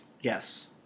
Yes